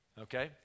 okay